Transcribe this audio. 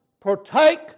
partake